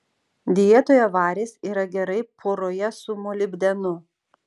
dietoje varis yra gerai poroje su molibdenu